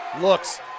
looks